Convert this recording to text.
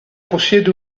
possiede